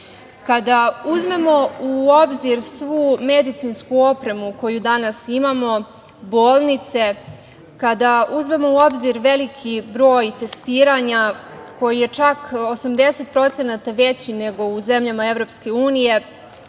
laka. Kada uzmemo u obzir svu medicinsku opremu koju danas imamo, bolnice, kada uzmemo u obzir veliki broj testiranja, koji je čak 80% veći nego u zemljama EU,